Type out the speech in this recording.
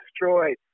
destroyed